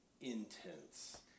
intense